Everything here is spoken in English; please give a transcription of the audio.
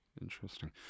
Interesting